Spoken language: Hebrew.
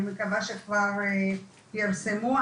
אני מקווה שכבר פרסמו.